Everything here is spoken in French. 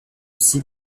aussi